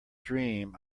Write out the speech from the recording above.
dream